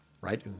right